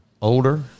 older